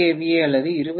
ஏ அல்லது 20 கே